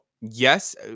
Yes